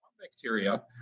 bacteria